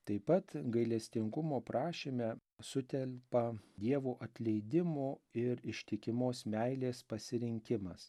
taip pat gailestingumo prašyme sutelpa dievo atleidimo ir ištikimos meilės pasirinkimas